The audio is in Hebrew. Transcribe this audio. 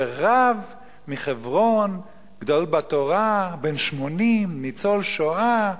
ורב מחברון, גדול בתורה, בן 80, ניצול השואה,